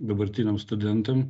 dabartiniam studentam